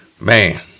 Man